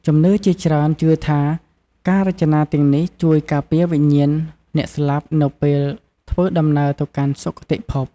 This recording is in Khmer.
ជំនឿជាច្រើនជឿថា ការរចនាទាំងនេះជួយការពារវិញ្ញាណអ្នកស្លាប់នៅពេលធ្វើដំណើរទៅកាន់សុគតភព។